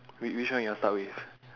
wait which one you want start with